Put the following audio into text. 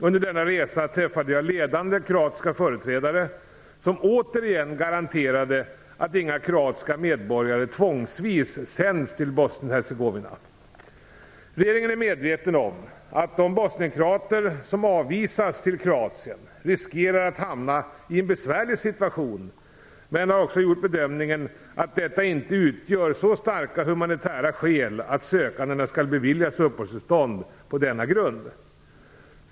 Under denna resa träffade jag ledande kroatiska företrädare som återigen garanterade att inga kroatiska medborgare tvångsvis sänds till Bosnien-Hercegovina. Regeringen är medveten om att de bosnien-kroater som avvisas till Kroatien riskerar att hamna i en besvärlig situation men har också gjort bedömningen att detta inte utgör så starka humanitära skäl att sökandena skall beviljas uppehållstillstånd på denna grund.